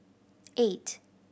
eight